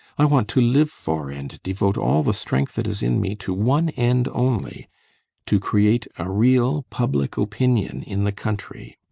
i want to live for and devote all the strength that is in me to one end only to create a real public opinion in the country.